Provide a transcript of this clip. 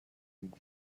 and